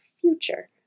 future